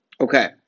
Okay